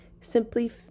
simply